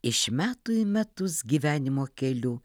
iš metų į metus gyvenimo keliu